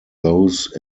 those